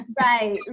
Right